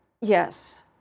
yes